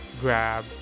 grab